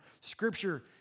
Scripture